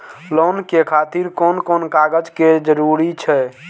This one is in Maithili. लोन के खातिर कोन कोन कागज के जरूरी छै?